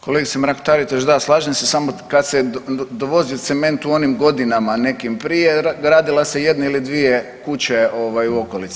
Kolegice Mrak Taritaš, da, slažem se samo kad se dovozio cement u onim godinama nekim prije gradila se jedna ili dvije kuće u okolici.